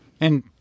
And-